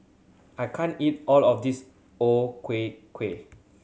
I can't eat all of this O Ku Kueh